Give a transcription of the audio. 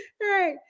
Right